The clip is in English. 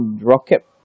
rocket